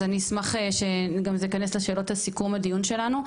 אז אני אשמח שזה יכנס לשאלות סיכום הדיון שלנו,